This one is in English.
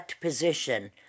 position